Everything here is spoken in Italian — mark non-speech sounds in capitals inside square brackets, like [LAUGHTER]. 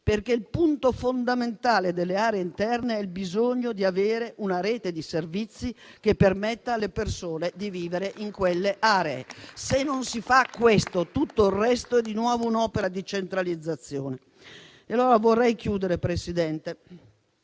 risorse. Il punto fondamentale delle aree interne è il bisogno di avere una rete di servizi che permetta alle persone di vivere in quelle aree. [APPLAUSE] Se non si fa questo, tutto il resto è di nuovo un'opera di centralizzazione. Vorrei chiudere, Presidente,